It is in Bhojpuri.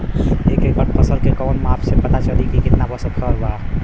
एक एकड़ फसल के कवन माप से पता चली की कितना फल बा?